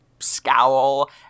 Scowl